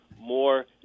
more